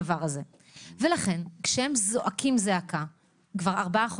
לא בא לידי ביטוי ולידי דיון ואתה אחראי על קופות